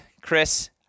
Chris